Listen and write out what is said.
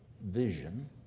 Vision